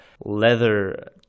leather